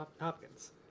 Hopkins